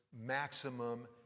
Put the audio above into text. maximum